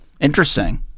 Interesting